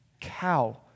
cow